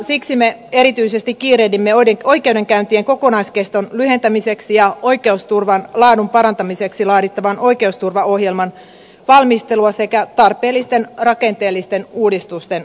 siksi me erityisesti kiirehdimme oikeudenkäyntien kokonais keston lyhentämiseksi ja oikeusturvan laadun parantamiseksi laadittavan oikeusturvaohjelman valmistelua sekä tarpeellisten rakenteellisten uudistusten toteuttamista